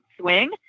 swing